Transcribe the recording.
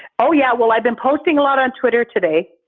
oh yeah, well i've been posting a lot on twitter today.